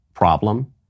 problem